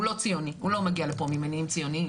הוא לא ציוני והוא לא מגיע מפה ממניעים ציוניים,